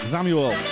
Samuel